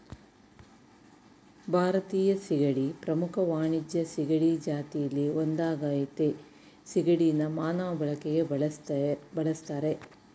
ಭಾರತೀಯ ಸೀಗಡಿ ಪ್ರಮುಖ ವಾಣಿಜ್ಯ ಸೀಗಡಿ ಜಾತಿಲಿ ಒಂದಾಗಯ್ತೆ ಸಿಗಡಿನ ಮಾನವ ಬಳಕೆಗೆ ಬಳುಸ್ತರೆ